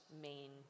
main